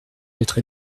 d’être